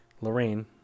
Lorraine